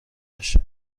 بشه